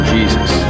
Jesus